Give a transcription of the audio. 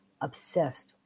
obsessed